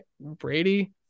Brady